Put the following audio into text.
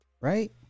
right